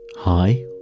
Hi